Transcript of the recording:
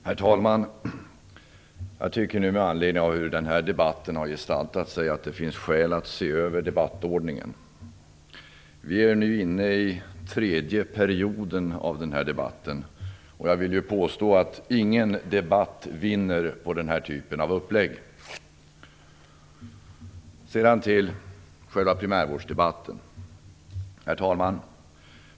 Herr talman! Med anledning av hur den här debatten har gestaltat sig tycker jag att det finns skäl att se över debattordningen. Vi är nu inne i den tredje perioden av debatten. Jag vill påstå att ingen debatt vinner på den här typen av uppläggning. Jag går nu över till själva primärvårdsdebatten. Herr talman!